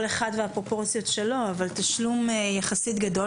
כל אחד והפרופורציות שלו - אבל תשלום יחסית גדול,